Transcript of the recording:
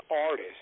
artist